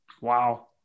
Wow